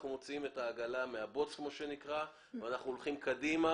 אנחנו מוציאים את העגלה מהבוץ ואנחנו הולכים קדימה